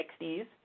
60s